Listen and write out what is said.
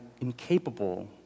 incapable